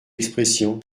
expression